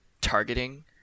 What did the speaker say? targeting